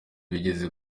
bigeze